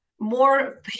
more